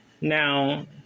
Now